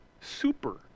super